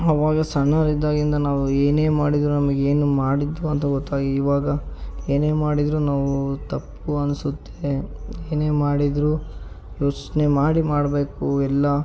ಆವಾಗ ಸಣ್ಣವರಿದ್ದಾಗಿಂದ ನಾವು ಏನೇ ಮಾಡಿದರೂ ನಮಗೆ ಏನು ಮಾಡಿದ್ವು ಅಂತ ಗೊತ್ತಾ ಇವಾಗ ಏನೇ ಮಾಡಿದರೂ ನಾವು ತಪ್ಪು ಅನಿಸುತ್ತೆ ಏನೇ ಮಾಡಿದರೂ ಯೋಚನೆ ಮಾಡಿ ಮಾಡಬೇಕು ಎಲ್ಲ